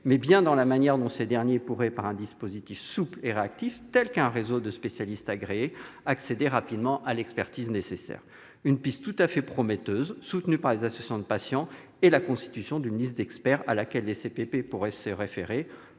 mais bien dans la manière dont ces derniers pourraient, par un dispositif souple et réactif, tel qu'un réseau de spécialistes agréés, accéder rapidement à l'expertise nécessaire. Une piste tout à fait prometteuse, soutenue par les associations de patients, est la constitution d'une liste d'experts à laquelle les CPP pourraient se référer.